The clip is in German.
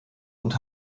und